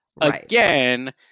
Again